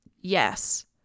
Yes